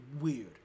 weird